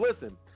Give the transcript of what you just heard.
Listen